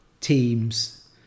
teams